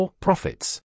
Profits